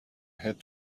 had